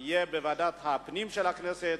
אלא יהיה בוועדת הפנים של הכנסת,